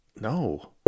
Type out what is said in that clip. No